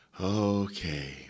okay